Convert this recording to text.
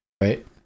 right